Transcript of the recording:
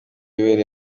ibereye